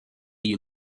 you